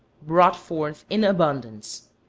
brought forth in abundance.